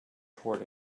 toward